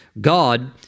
God